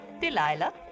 Delilah